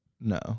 No